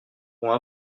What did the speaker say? bons